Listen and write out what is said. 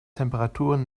temperaturen